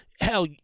Hell